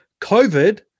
COVID